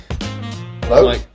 Hello